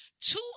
two